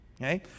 okay